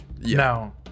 No